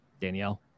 Danielle